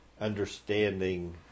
understanding